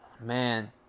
Man